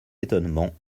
étonnement